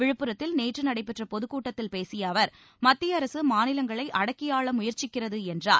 விழுப்புரத்தில் நேற்று நடைபெற்ற பொதுக்கூட்டத்தில் பேசிய அவர் மத்திய அரசு மாநிலங்களை அடக்கி ஆள முயற்சிக்கிறது என்றார்